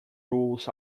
rules